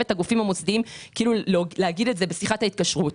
את הגופים המוסדיים להגיד את זה בשיחת ההתקשרות.